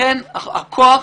הכוח,